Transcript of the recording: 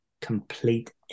complete